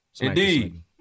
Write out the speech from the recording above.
indeed